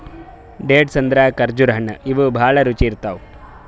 dates ಅಂದ್ರ ಖರ್ಜುರ್ ಹಣ್ಣ್ ಇವ್ ಭಾಳ್ ರುಚಿ ಇರ್ತವ್